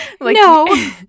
No